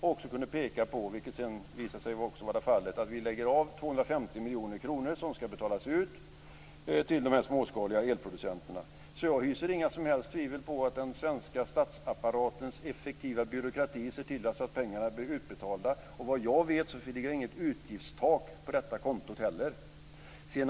Han kunde också peka på, vilket sedan visade sig vara fallet, att vi avsätter 250 miljoner kronor som ska betalas ut till de småskaliga elproducenterna. Jag hyser inga som helst tvivel på att den svenska statsapparatens effektiva byråkrati ser till att pengarna blir utbetalda. Såvitt jag vet finns det inte heller något utgiftstak på detta konto.